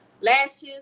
lashes